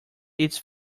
its